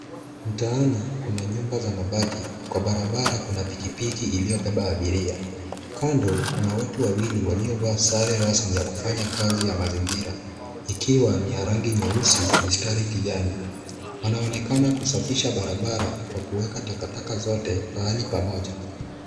Mtaani kuna nyumba za mabati, kwa barabara kuna pikipiki iliyobeba abiria. Kando kuna watu wawili waliovaa sare rasmi ya kufanya kazi ya mazingira, ikiwa ni ya rangi nyeusi mistari kijani. Wanaonekana kusafisha barabara kwa kuweka takataka zote pahali pamoja.